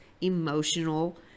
emotional